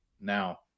now